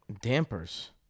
Dampers